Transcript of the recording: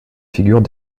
figures